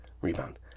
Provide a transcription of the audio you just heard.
rebound